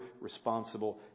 responsible